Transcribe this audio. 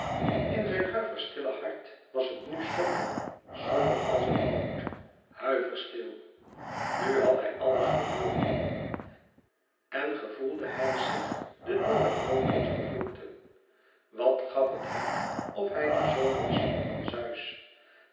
in zijn huiverstille hart was het somber somber als in het woud huiverstil nu had hij alles verloren en gevoelde hij zich de door het noodlot vervloekte wat gaf het hem of hij de zoon was van zeus